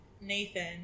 Nathan